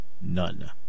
none